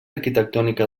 arquitectònica